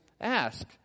ask